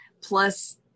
plus